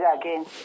again